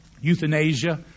euthanasia